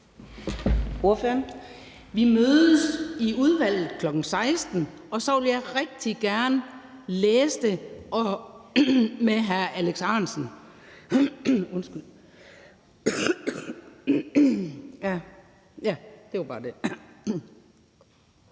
(DD): Vi mødes i udvalget kl. 16.00, og så vil jeg rigtig gerne læse det med hr. Alex Ahrendtsen. Det var bare det.